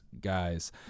guys